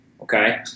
Okay